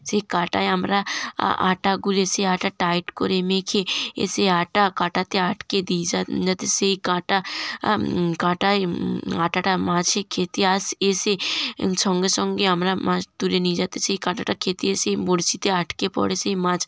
সেই কাঁটায় আমরা আটা গুলে সেই আটা টাইট করে মেখে এ সে আটা কাঁটাতে আটকে দিই যা যাতে সেই কাঁটা কাঁটায় আটাটা মাছে খেতে আস এসে সঙ্গে সঙ্গে আমরা মাছ তুলে নিই যাতে সেই কাঁটাটা খেতে এসেই বড়শিতে আটকে পড়ে সেই মাছ